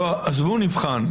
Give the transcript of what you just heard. עזבו נבחן.